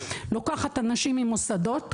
לוקחת אנשים ממוסדות,